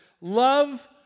Love